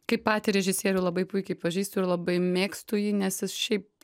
kaip patį režisierių labai puikiai pažįstu ir labai mėgstu jį nes jis šiaip